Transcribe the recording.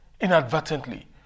inadvertently